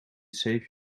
save